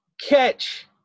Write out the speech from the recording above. catch